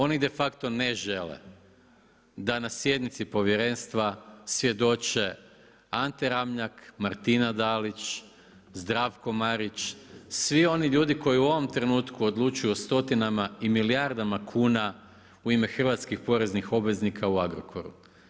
Oni de facto ne žele da na sjednici Povjerenstva svjedoče Ante Ramljak, Martina Dalić, Zdravko Marić, svi oni ljudi koji u ovom trenutku odlučuju o stotinama i milijardama kuna u ime hrvatskih poreznih obveznika u Agrokoru.